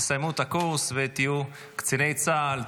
סיימו את הקורס ותהיו קציני צה"ל,